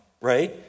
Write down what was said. right